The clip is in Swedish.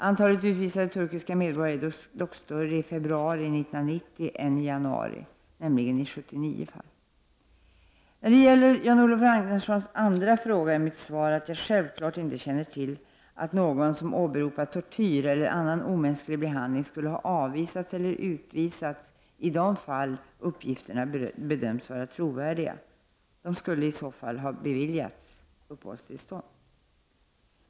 Antalet utvisade turkiska medborgare är dock större i februari 1990 än i januari, nämligen i 79 fall. När det gäller Jan-Olof Ragnarssons andra fråga är mitt svar att jag självfallet inte känner till att någon som åberopat tortyr eller annan omänsklig behandling skulle ha avvisats eller utvisats i de fall uppgifterna bedömts vara trovärdiga. De skulle ju i så fall ha beviljats uppehållstillstånd.